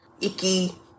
icky